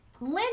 Lynn